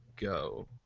go